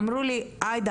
אמרו לי "עאידה,